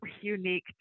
unique